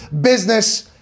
business